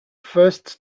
first